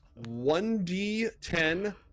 1D10